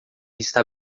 está